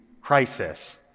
crisis